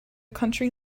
country